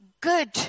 good